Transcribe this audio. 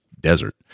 desert